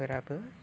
फोराबो